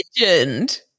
legend